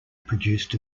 produced